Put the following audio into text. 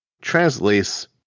translates